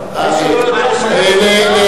שמה, שאין לראש הממשלה עמדה?